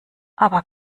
aber